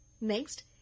Next